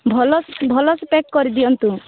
ଭଲ ଭଲ ସେ ପ୍ୟାକ୍ କରିଦିଅନ୍ତୁ